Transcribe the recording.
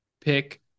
pick